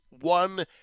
One